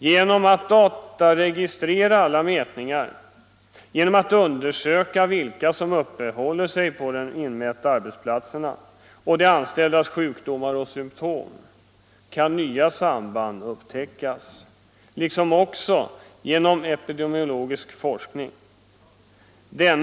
Genom att dataregistrera alla mätningar, genom att undersöka vilka anställda som uppehåller sig på arbetsplatserna där mätningar görs och dessa anställdas sjukdomar och symptom liksom också genom epidemiologisk forskning kan nya samband upptäckas.